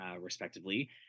respectively